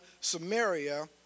Samaria